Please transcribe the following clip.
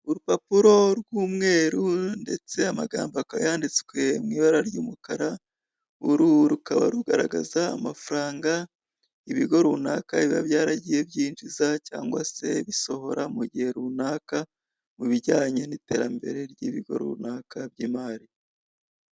Urupapuro rw'umweru ndetse amagambo akaba yanditswe mu ibara ry'umukara, uru rukaba rugaragaza amafaranga ibigo runaka biba byaragiye byinjiza cyangwa se bisohora mu gihe runaka, mu bijyanye n'iterambere ry'ibigo runaka by'imari.